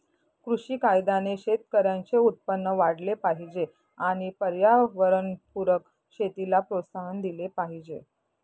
कृषी कायद्याने शेतकऱ्यांचे उत्पन्न वाढले पाहिजे आणि पर्यावरणपूरक शेतीला प्रोत्साहन दिले पाहिजे